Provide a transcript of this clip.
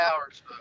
hours